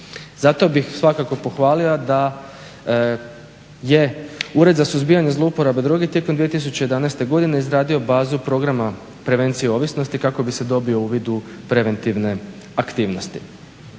Zato bih svakako pohvalio da je Ured za suzbijanje zlouporabe droge tijekom 2011. godine izradio bazu programa prevencije ovisnosti kako bi se dobio uvid u preventivne aktivnost.